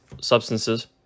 substances